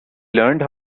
learned